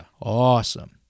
Awesome